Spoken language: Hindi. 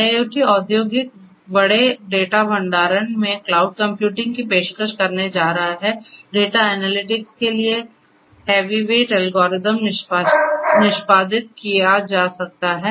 IIoT औद्योगिक बड़े डेटा भंडारण में क्लाउड कंप्यूटिंग की पेशकश करने जा रहा है डेटा एनालिटिक्स के लिए हैवीवेट एल्गोरिदम निष्पादित किया जा सकता है